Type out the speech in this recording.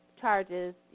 Charges